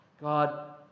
God